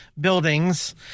buildings